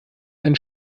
einen